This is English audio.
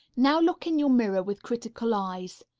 now look in your mirror with critical eyes.